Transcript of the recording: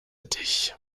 dich